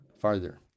farther